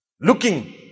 looking